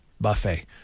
buffet